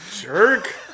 Jerk